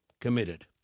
committed